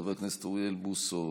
חבר הכנסת אוריאל בוסו,